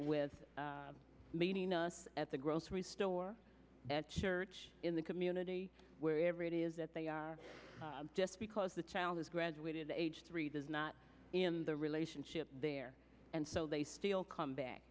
with meaning us at the grocery store at church in the community wherever it is that they are just because the child has graduated at age three does not in the relationship there and so they still come back